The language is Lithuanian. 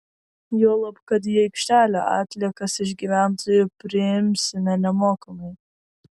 juolab kad į aikštelę atliekas iš gyventojų priimsime nemokamai